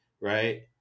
right